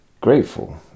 grateful